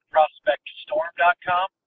Prospectstorm.com